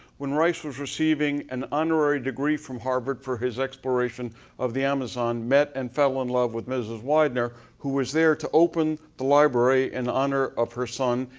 when rice was receiving an honorary degree from harvard, for his exploration of the amazon, met and fell in love with mrs. widener, who was there to open the library in and honor of her son.